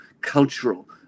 cultural